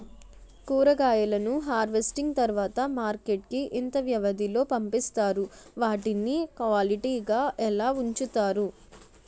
కూరగాయలను హార్వెస్టింగ్ తర్వాత మార్కెట్ కి ఇంత వ్యవది లొ పంపిస్తారు? వాటిని క్వాలిటీ గా ఎలా వుంచుతారు?